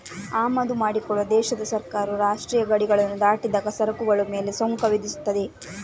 ಆಮದು ಮಾಡಿಕೊಳ್ಳುವ ದೇಶದ ಸರ್ಕಾರವು ರಾಷ್ಟ್ರೀಯ ಗಡಿಗಳನ್ನ ದಾಟಿದಾಗ ಸರಕುಗಳ ಮೇಲೆ ಸುಂಕ ವಿಧಿಸ್ತದೆ